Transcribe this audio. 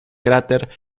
cráter